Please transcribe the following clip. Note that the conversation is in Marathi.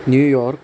new York